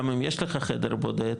גם אם יש לך חדר בודד,